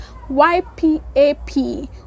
YPAP